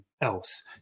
else